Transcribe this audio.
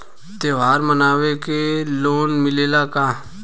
त्योहार मनावे के लोन मिलेला का?